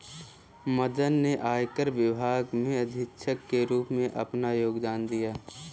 मदन ने आयकर विभाग में अधीक्षक के रूप में अपना योगदान दिया